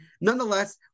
nonetheless